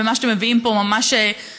מה שאתם מביאים פה, זה ממש שאריות.